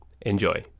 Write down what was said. Enjoy